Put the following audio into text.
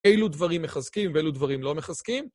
אילו דברים מחזקים ואילו דברים לא מחזקים.